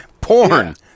porn